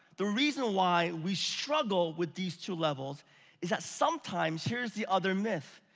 the reason why we struggle with these two levels is that sometimes, here's the other myth.